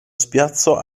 spiazzo